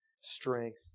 strength